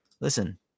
Listen